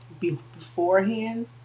beforehand